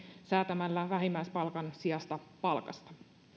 säätämällä vähimmäispalkan sijasta palkasta